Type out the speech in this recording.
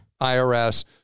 irs